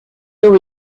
two